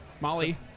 Molly